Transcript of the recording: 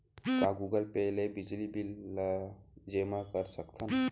का Google Pay ले बिजली बिल ल जेमा कर सकथन?